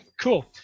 cool